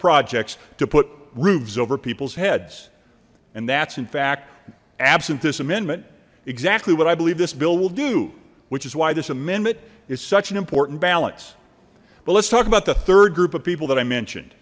projects to put roofs over people's heads and that's in fact absent this amendment exactly what i believe this bill will do which is why this amendment is such an important balance but let's talk about the third group of people that i mentioned